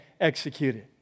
executed